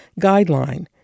Guideline